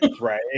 Right